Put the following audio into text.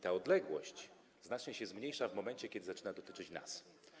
Ta odległość znacznie się zmniejsza w momencie, kiedy zaczyna to dotyczyć nas.